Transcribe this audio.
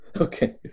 Okay